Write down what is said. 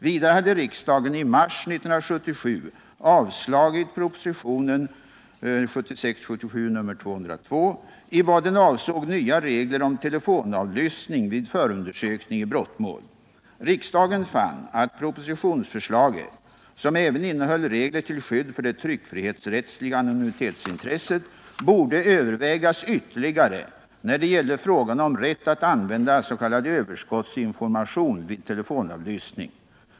Vidare hade riksdagen i mars 1977 avslagit propositionen 1976/77:202 i vad den avsåg nya regler om telefonavlyssning vid förundersökning i brottmål. Riksdagen fann att propositionsförslaget, som även innehöll regler till skydd för det tryckfrihetsrättsliga anonymitetsintresset, borde övervägas ytterligare när det gällde frågan om rätt att använda s.k. överskottsinformation vid telefonavlyssning.